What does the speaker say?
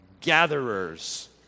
gatherers